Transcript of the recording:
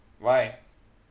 why